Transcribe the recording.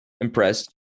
impressed